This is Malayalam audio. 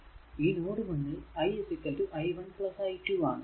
ഈ നോഡ് 1 ൽ i i1 i2